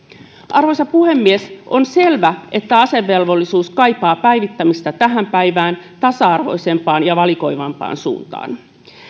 arvoisa puhemies on selvä että asevelvollisuus kaipaa päivittämistä tähän päivään tasa arvoisempaan ja valikoivampaan suuntaan